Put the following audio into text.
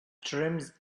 trims